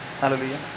Hallelujah